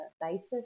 basis